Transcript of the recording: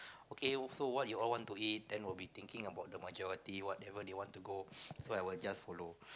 okay so what you all want to eat then we'll be thinking of the majority whatever they want to go so I will just follow